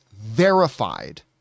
verified